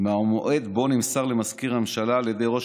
מהמועד שבו נמסר למזכיר הממשלה על ידי ראש